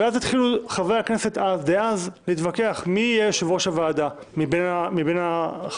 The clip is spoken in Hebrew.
אז התחילו חברי הכנסת דאז להתווכח מי יהיה יושב-ראש הוועדה מבין החברים.